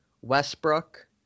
Westbrook